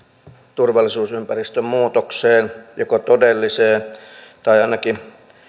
turvallisuusympäristön muutokseen joko todelliseen tai ainakin